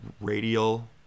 radial